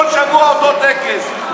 כל שבוע אותו טקס.